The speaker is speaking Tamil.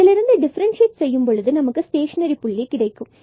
இதிலிருந்து டிஃபரண்ட்சியேட் செய்யும் பொழுது நமக்கு ஸ்டேஷனரி புள்ளி கிடைக்கிறது